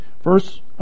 First